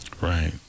Right